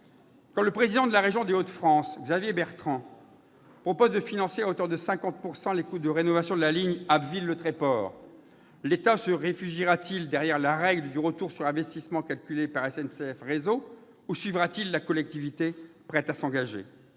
que le président de la région Hauts-de-France, Xavier Bertrand, propose de financer à hauteur de 50 % les coûts de rénovation de la ligne Abbeville-Le Tréport, l'État va-t-il se réfugier derrière la règle du retour sur investissement calculée par SNCF Réseau ou suivre la collectivité prête à s'engager ?